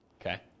Okay